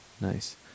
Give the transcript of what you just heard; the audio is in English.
Nice